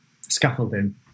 scaffolding